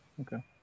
okay